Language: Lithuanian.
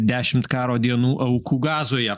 dešimt karo dienų aukų gazoje